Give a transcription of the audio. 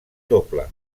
doble